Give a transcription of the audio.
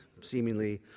seemingly